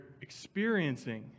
experiencing